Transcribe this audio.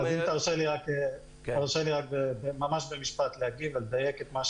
תרשה לי ממש במשפט להגיב על זה.